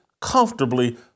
comfortably